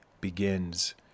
begins